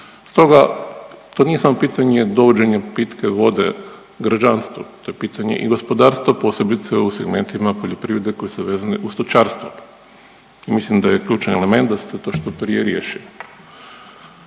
Stoga to nije samo pitanje dovođenja pitke vode građanstvu, to je pitanje i gospodarstva posebice u segmentima poljoprivrede koje su vezane uz stočarstvo. I mislim da je ključni element da se to što prije riješi.